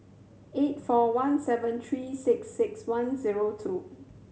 eight four one seven three six six one zero two